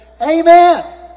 Amen